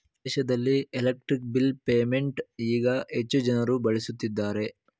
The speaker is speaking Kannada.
ದೇಶದಲ್ಲಿ ಎಲೆಕ್ಟ್ರಿಕ್ ಬಿಲ್ ಪೇಮೆಂಟ್ ಈಗ ಹೆಚ್ಚು ಜನರು ಬಳಸುತ್ತಿದ್ದಾರೆ